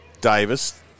Davis